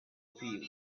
feel